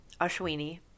Ashwini